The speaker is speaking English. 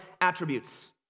attributes